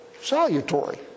salutary